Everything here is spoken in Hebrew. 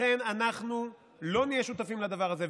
לכן אנחנו לא נהיה שותפים לדבר הזה,